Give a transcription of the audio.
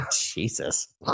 Jesus